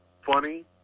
funny